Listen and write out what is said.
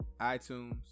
iTunes